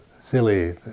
silly